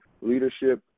leadership